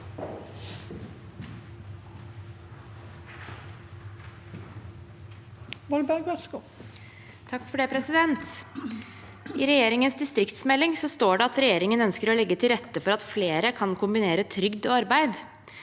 I regjeringens dis- triktsmelding står det at regjeringen ønsker å legge til rette for at flere kan kombinere trygd og arbeid.